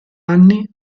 anni